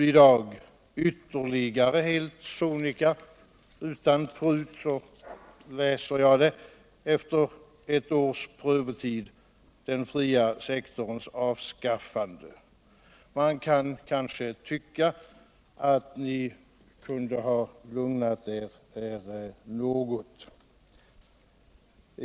I dag ställer ni helt sonika ytterligare krav och kräver utan prut efter ett års prövotid den fria sektorns avskaffande. Man kanske kan tycka att ni kunde ha lugnat er något.